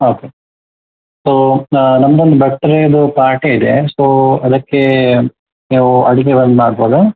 okay so ನನ್ನದೊಂದು ಬರ್ಥಡೇದು party ಇದೆ ಸೋ ಅದಕ್ಕೆ ನೀವು ಅಡಿಗೆಗಳನ್ನು ಮಾಡ್ಬೋದಾ